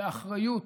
האחריות